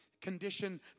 condition